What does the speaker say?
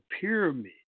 pyramid